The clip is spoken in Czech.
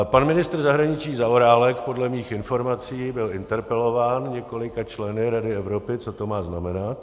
Pan ministr zahraničí Zaorálek podle mých informací byl interpelován několika členy Rady Evropy, co to má znamenat.